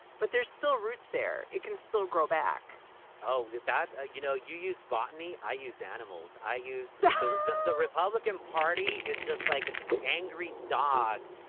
but there's still roots there. it can still grow back oh, that that ah you know, you use botany. i use animals. i use that the the republican party is just like an angry dog,